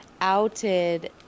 outed